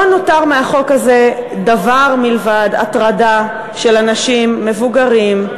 לא נותר מהחוק הזה דבר מלבד הטרדה של אנשים מבוגרים,